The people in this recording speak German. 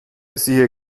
siehe